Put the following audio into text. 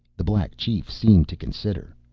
the black chief seemed to consider.